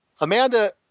Amanda